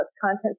Content